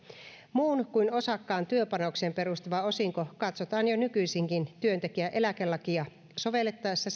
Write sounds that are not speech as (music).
muun kuin osakkaan työpanokseen perustuva osinko katsotaan jo nykyisinkin työntekijän eläkelakia sovellettaessa (unintelligible)